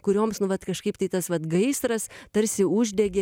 kurioms nu vat kažkaip tai tas vat gaisras tarsi uždegė